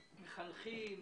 מחנכים,